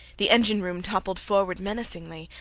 the engine-room toppled forward menacingly,